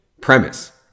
premise